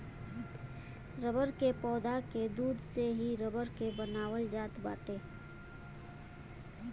rubber के पौधा के दूध से ही रबर के बनावल जात बाटे